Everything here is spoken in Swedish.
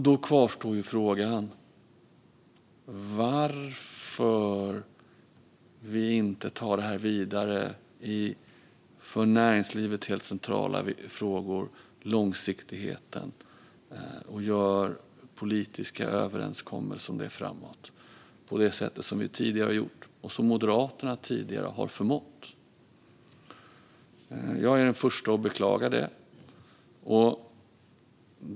Då kvarstår frågan varför vi inte tar dessa för näringslivet helt centrala frågor vidare när det gäller långsiktigheten och gör politiska överenskommelser om dem framåt på det sätt som vi tidigare har gjort och som Moderaterna tidigare har förmått. Jag är den förste att beklaga det.